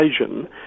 occasion